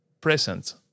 present